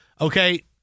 okay